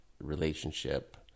relationship